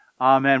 Amen